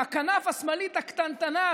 לכנף השמאלית הקטנטנה,